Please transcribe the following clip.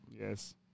Yes